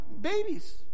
babies